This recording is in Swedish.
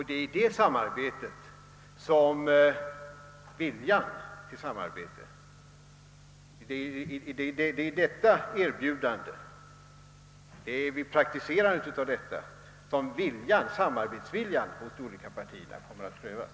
Det är i detta sammanhang som samarbetsviljan kommer att prövas.